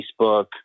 Facebook